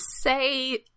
say